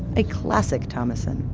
a classic thomasson.